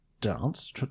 dance